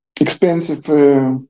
expensive